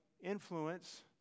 influence